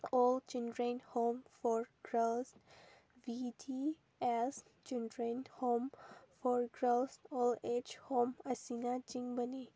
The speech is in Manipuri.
all children home for girls B D S children home for girls all age home ꯑꯁꯤꯅ ꯆꯤꯡꯕꯅꯤ